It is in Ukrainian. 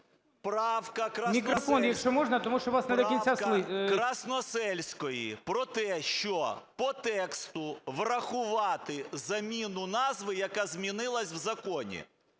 Правка Красносільської про те, що по тексту врахувати заміну назви, яка змінилася в законі.